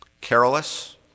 careless